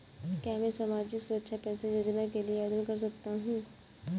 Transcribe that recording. क्या मैं सामाजिक सुरक्षा पेंशन योजना के लिए आवेदन कर सकता हूँ?